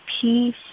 peace